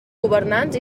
governants